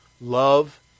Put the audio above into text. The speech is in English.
love